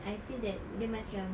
I feel that dia macam